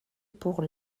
pour